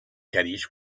caddies